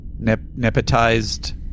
nepotized